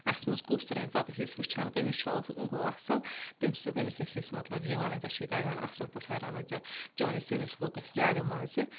اَسہِ منٛز کُس رَنہِ پَتہٕ ٲسۍ أسۍ وٕچھان کٔمِس چھُ گوٚو اَصٕل تٔمِس تٔمِس ٲسۍ أسۍ مطلب یہِ وَنان ژےٚ چھِ تَگان اَصٕل پٲٹھۍ رَنُن ژےٚ چٲنِس لوگ اَسہِ زیادٕ مَزٕ